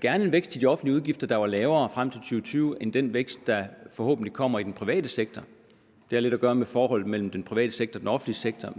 gerne en vækst i de offentlige udgifter, der er lavere frem til 2020, end den vækst, der forhåbentlig kommer i den private sektor. Det har lidt at gøre med forholdet mellem den private sektor og den offentlige sektor.